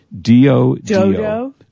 D-O-D-O